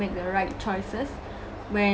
make the right choices when